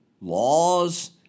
laws